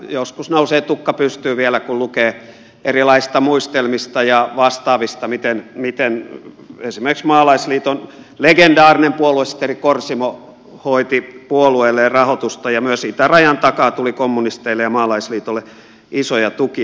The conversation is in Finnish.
joskus nousee tukka pystyyn vielä kun lukee erilaisista muistelmista ja vastaavista miten esimerkiksi maalaisliiton legendaarinen puoluesihteeri korsimo hoiti puolueelleen rahoitusta ja myös itärajan takaa tuli kommunisteille ja maalaisliitolle isoja tukia